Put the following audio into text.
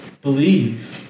Believe